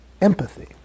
empathy